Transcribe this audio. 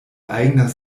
eigener